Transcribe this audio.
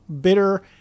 bitter